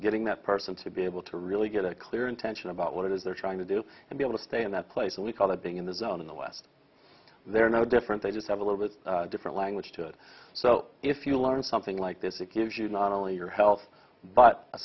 getting that person to be able to really get a clear intention about what it is they're trying to do and be able to stay in that place and we call that being in the zone in the west they're no different they just have a little bit different language to it so if you learn something like this it gives you not only your health but